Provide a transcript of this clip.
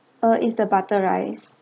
ah is the butter rice